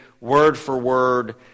word-for-word